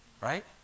right